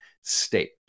State